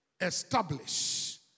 establish